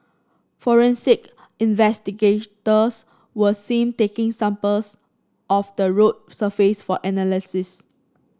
forensic investigators were seen taking samples of the road surface for analysis